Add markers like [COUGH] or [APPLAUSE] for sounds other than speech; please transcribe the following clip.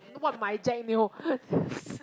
what my jack neo [LAUGHS]